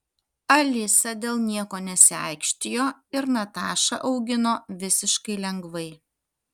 alisa dėl nieko nesiaikštijo ir natašą augino visiškai lengvai